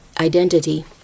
identity